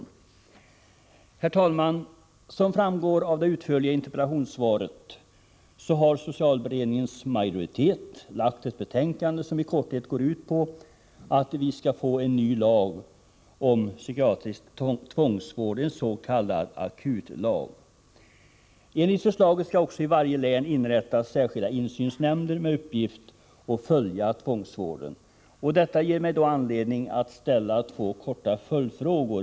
Herr talman! Som framgår av det utförliga interpellationssvaret har socialberedningens majoritet lagt fram ett betänkande som i korthet går ut på att vi skall få en ny lag om psykiatrisk tvångsvård, en s.k. akutlag. Enligt förslaget skall det i varje län också inrättas särskilda insynshämnder med uppgift att följa den psykiatriska tvångsvården. Detta ger mig anledning att ställa två korta följdfrågor.